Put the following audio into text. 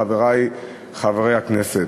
חברי חברי הכנסת,